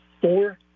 four